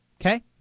okay